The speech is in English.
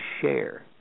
share